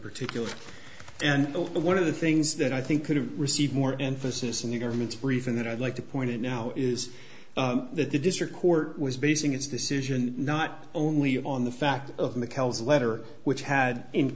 particular and one of the things that i think could have received more emphasis in your government briefing that i'd like to point out now is that the district court was basing its decision not only on the fact of mchale's letter which had